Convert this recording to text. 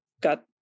got